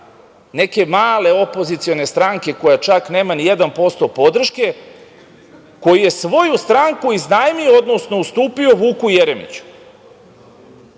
neke male opozicione stranke koja čak nema ni 1% podrške, koji je svoju stranku iznajmio odnosno ustupio Vuku Jeremiću.